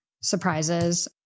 surprises